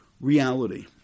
reality